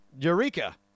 Eureka